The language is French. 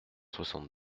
soixante